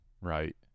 right